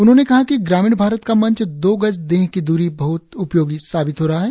उन्होंने कहा कि ग्रामीण भारत का मंत्र दो गज देह की दूरी बहत उपयोगी साबित हो रहा है